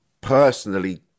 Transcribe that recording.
personally